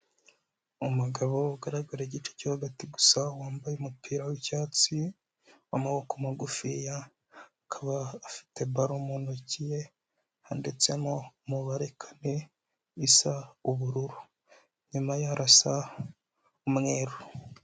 Umugabo ugaragara igice cyo hagati gusa wambaye umupira w'icyatsi w'amaboko magufiya, akaba afite balo mu ntoki ye handitsemo umubare kane usa ubururu, inyuma ye harasa umweru.